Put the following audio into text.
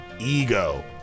ego